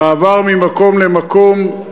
המעבר ממקום למקום,